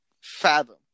fathom